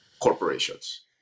corporations